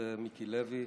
לפיד,